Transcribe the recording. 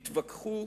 התווכחו,